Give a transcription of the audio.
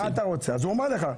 אז הוא אמר לך,